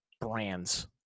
brands